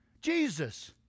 Jesus